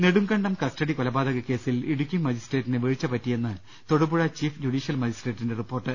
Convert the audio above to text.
Nedumkandam custody കൊലപാതക കേസിൽ ഇടുക്കി മജിസ്ട്രേറ്റിന് വീഴ്ച പറ്റിയെന്ന് തൊടുപുഴ ചീഫ് ജുഡീഷ്യൽ മജിസ്ട്രേറ്റിന്റെ റിപ്പോർട്ട്